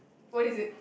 what is it